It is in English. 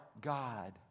God